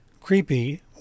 creepy